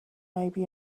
maybe